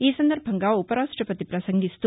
ఈ సందర్బంగా ఉపరాష్టపతి ప్రసంగిస్తూ